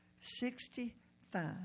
Sixty-five